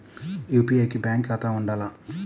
UPI కి bank ఖాతా ఉండాల?